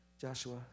Joshua